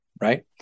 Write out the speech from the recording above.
Right